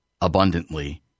abundantly